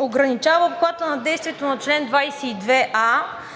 ограничава обхвата на действието на чл. 22а,